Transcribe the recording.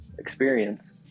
experience